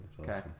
Okay